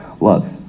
love